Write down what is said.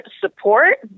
support